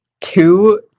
two